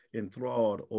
enthralled